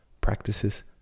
practices